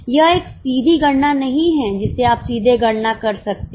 यह एक सीधी गणना नहीं है जिसे आप सीधे गणना कर सकते हैं